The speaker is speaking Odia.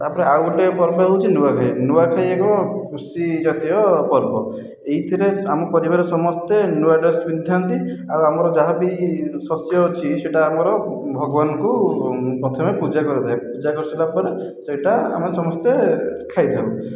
ତା'ପରେ ଆଉ ଗୋଟିଏ ପର୍ବ ହେଉଛି ନୂଆଖାଇ ନୂଆଖାଇ ଏକ କୃଷିଜାତୀୟ ପର୍ବ ଏହିଥିରେ ଆମ ପରିବାରର ସମସ୍ତେ ନୂଆ ଡ୍ରେସ ପିନ୍ଧିଥାନ୍ତି ଆଉ ଆମର ଯାହା ବି ଶସ୍ୟ ଅଛି ସେଟା ଆମର ଭଗବାନଙ୍କୁ ପ୍ରଥମେ ପୂଜା କରାଯାଏ ପୂଜା କରି ସାରିଲା ପରେ ସେହିଟା ଆମେ ସମସ୍ତେ ଖାଇ ଥାଉ